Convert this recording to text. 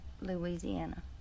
Louisiana